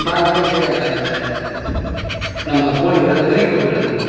பாதிப்பேர் செய்யிறாங்க இந்த நம்ம கோழியை அதுதான் கறி கோழியை வளர்க்கறது